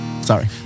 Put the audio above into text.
Sorry